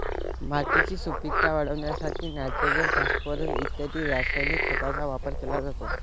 मातीची सुपीकता वाढवण्यासाठी नायट्रोजन, फॉस्फोरस इत्यादी रासायनिक खतांचा वापर केला जातो